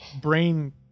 brain